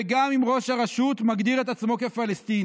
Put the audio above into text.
וגם אם ראש הרשות מגדיר את עצמו כפלסטיני